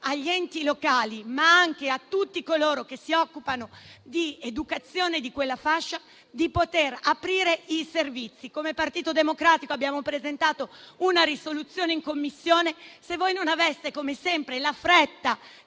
agli enti locali, ma anche a tutti coloro che si occupano di educazione di quella fascia di poter aprire i servizi. Come Partito Democratico abbiamo presentato una risoluzione in Commissione, se voi non aveste, come sempre, la fretta